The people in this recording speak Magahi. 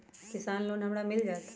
किसान लोन हमरा मिल जायत?